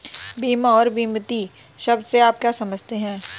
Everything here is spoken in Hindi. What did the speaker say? बीमा और बीमित शब्द से आप क्या समझते हैं?